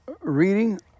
reading